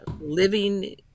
living